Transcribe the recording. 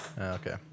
Okay